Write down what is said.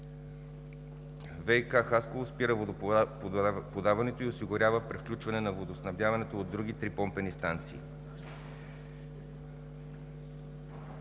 ВиК – Хасково, спира водоподаването и осигурява превключване на водоснабдяването от други три помпени станции.